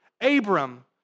Abram